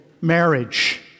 marriage